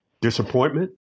Disappointment